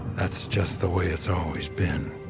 that's just the way it's always been.